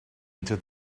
into